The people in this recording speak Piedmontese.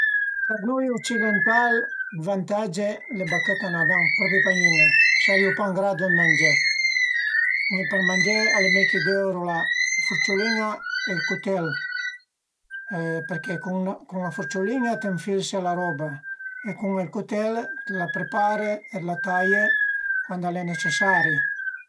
Për nui ucidental vantage le bachëtte a n'a dan propi pa gnüne, sarìu pa ën gradu dë mangé. Mi për mangé al e mei che dövru la furciulin-a e ël cutèl, përché cun la furciulin-a t'ënfilse la roba e cun ël cutèl t'la prepare e la taie cuand al e necesari.